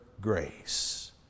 grace